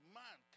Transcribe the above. man